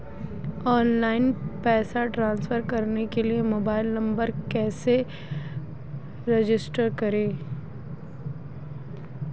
Online पैसे transfer करने के लिए मोबाइल नंबर कैसे रजिस्टर करें?